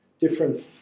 different